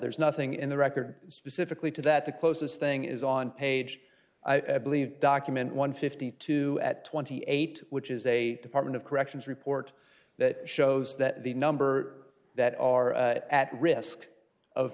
there's nothing in the record specifically to that the closest thing is on page i believe document one hundred and fifty two at twenty eight which is a department of corrections report that shows that the number that are at risk of